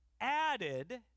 added